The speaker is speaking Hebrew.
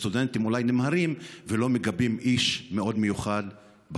הם עמדו לצד הסטודנטים ולא לצידה של אחת מהדמויות המרתקות,